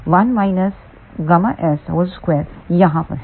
2 यहाँ पर है